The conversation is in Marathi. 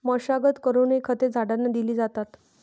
मशागत करूनही खते झाडांना दिली जातात